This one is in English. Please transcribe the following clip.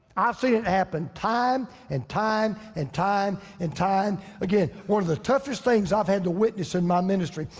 i've seen it happen time and time and time and time again. one of the toughest things i've had to witness in my ministry.